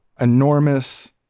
enormous